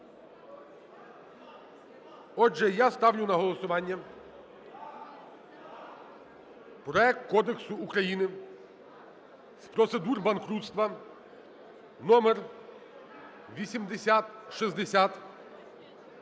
Отже, я ставлю на голосування проект Кодексу України з процедур банкрутства (№ 8060)